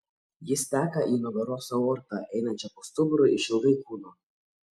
jis teka į nugaros aortą einančią po stuburu išilgai kūno